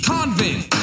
Convent